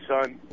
son